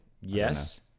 Yes